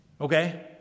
Okay